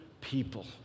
people